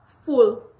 full